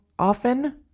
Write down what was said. often